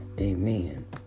amen